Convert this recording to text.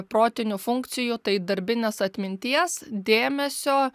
protinių funkcijų tai darbinės atminties dėmesio